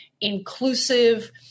inclusive